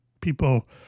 people